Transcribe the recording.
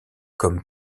comme